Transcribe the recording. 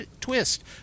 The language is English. twist